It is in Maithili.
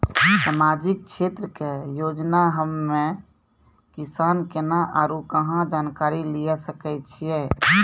समाजिक क्षेत्र के योजना हम्मे किसान केना आरू कहाँ जानकारी लिये सकय छियै?